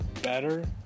better